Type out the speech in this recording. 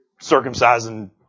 circumcising